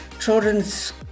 Children's